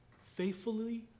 Faithfully